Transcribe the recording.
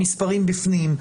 המספרים בפנים,